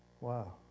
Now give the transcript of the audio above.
wow